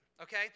Okay